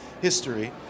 history